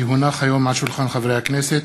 כי הונחו היום על שולחן הכנסת,